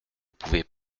pouvez